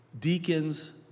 deacons